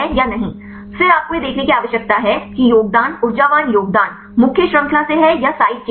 फिर आपको यह देखने की आवश्यकता है कि योगदान ऊर्जावान योगदान मुख्य श्रृंखला से हैं या साइड चेन से